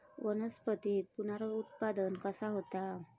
वनस्पतीत पुनरुत्पादन कसा होता?